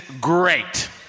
great